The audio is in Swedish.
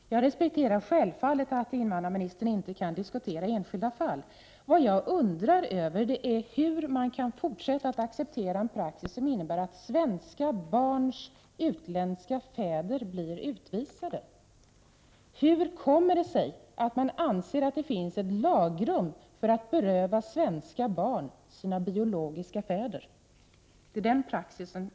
Herr talman! Jag respekterar självfallet att invandrarministern inte kan diskutera enskilda ärenden. Vad jag undrar över är hur man kan fortsätta att acceptera en praxis, som innebär att svenska barns utländska fäder blir utvisade. Hur kommer det sig att man anser att det finns ett lagrum som stöd för att beröva svenska barn deras biologiska fäder?